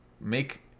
make